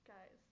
Guys